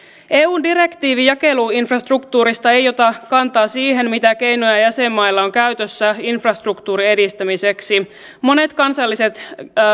eun direktiivi jakeluinfrastruktuurista ei ota kantaa siihen mitä keinoja jäsenmailla on käytössä infrastruktuurin edistämiseksi monet kansalliset